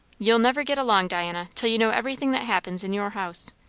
you'll never get along, diana, till you know everything that happens in your house.